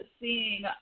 seeing